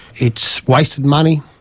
it's wasted money,